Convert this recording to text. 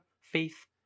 faith